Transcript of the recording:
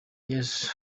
yesu